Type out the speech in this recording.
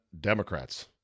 Democrats